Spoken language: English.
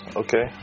okay